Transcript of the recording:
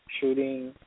shooting